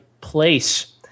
place